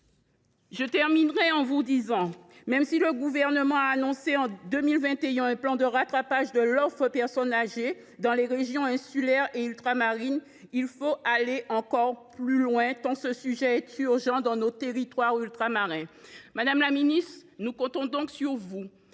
du bien vieillir. Même si le Gouvernement a annoncé en 2021 un plan de rattrapage de l’offre pour personnes âgées dans les régions insulaires et ultramarines, il faut aller encore plus loin, tant ce sujet est urgent dans nos territoires. Madame la ministre, nous comptons donc sur vous